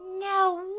No